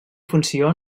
funció